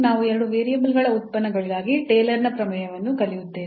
ನಾವು ಎರಡು ವೇರಿಯೇಬಲ್ಗಳ ಉತ್ಪನ್ನಗಳಿಗಾಗಿ ಟೇಲರ್ ನ ಪ್ರಮೇಯವನ್ನು ಕಲಿಯುತ್ತೇವೆ